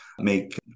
make